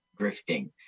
grifting